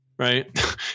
right